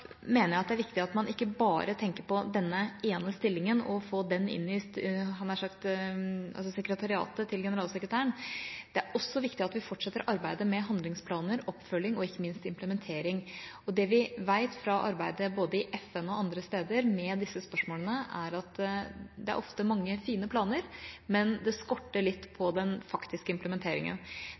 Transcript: mener jeg at det er viktig at man ikke bare tenker på denne ene stillingen og å få den inn i – hadde jeg nær sagt – sekretariatet til generalsekretæren. Det er også viktig at vi fortsetter arbeidet med handlingsplaner, oppfølging, og ikke minst implementering. Det vi vet fra arbeidet i både FN og andre steder med disse spørsmålene, er at det ofte er mange fine planer, men det skorter litt på den faktiske implementeringen.